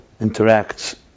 interacts